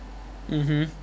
mmhmm